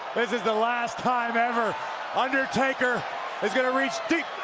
this is the last time ever undertaker is gonna reach deep,